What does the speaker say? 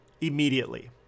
immediately